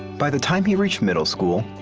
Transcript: by the time he reached middle school,